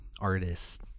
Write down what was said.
artist